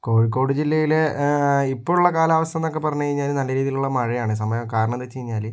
കോഴിക്കോട് ജില്ലയിലെ ഇപ്പോളുള്ള കാലാവസ്ഥയെന്നൊക്കെ പറഞ്ഞുകഴിഞ്ഞാൽ നല്ല രീതിയിലുള്ള മഴയാണ് സമയം കാരണമെന്താണ് വെച്ച് കഴിഞ്ഞാൽ